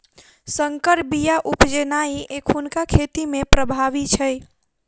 सँकर बीया उपजेनाइ एखुनका खेती मे प्रभावी छै